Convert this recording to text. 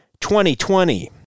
2020